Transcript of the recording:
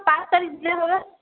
পাঁচ তারিখ দিলে হবে